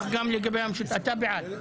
אתה בעד.